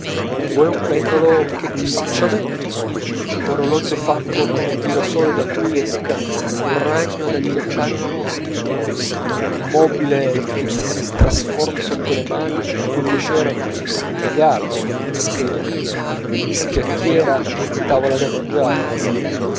vuoi un pendolo che ti faccia vento un orologio fatto con un girasole da cui esca un ragno ad acchiappare una mosca un mobile che ti si trasformi sotto le mani a tuo piacere in bigliardo in scrivania in scacchiera e in tavola da mangiare